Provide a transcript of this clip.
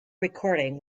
recording